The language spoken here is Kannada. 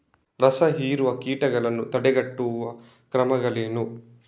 ರಸಹೀರುವ ಕೀಟಗಳನ್ನು ತಡೆಗಟ್ಟುವ ಕ್ರಮಗಳೇನು?